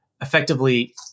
effectively